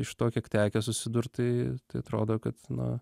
iš to kiek tekę susidurt tai tai atrodo kad na